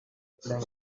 plein